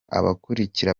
abakurikira